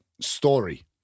story